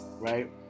right